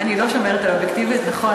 אני לא שומרת על האובייקטיביות, נכון.